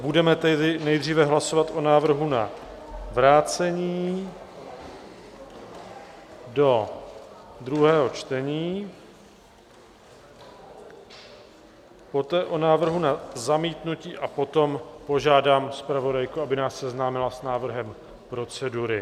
Budeme tedy nejdříve hlasovat o návrhu na vrácení do druhého čtení, poté o návrhu na zamítnutí a potom požádám zpravodajku, aby nás seznámila s návrhem procedury.